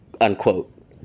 Unquote